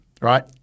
right